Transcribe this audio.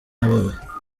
ayoboye